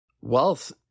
wealth